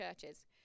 churches